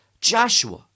Joshua